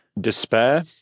despair